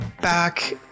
back